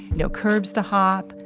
no curbs to hop,